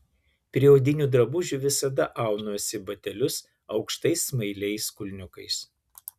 prie odinių drabužių visada aunuosi batelius aukštais smailiais kulniukais